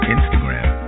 Instagram